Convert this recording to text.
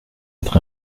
être